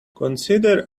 consider